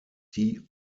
die